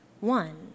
one